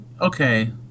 Okay